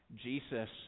Jesus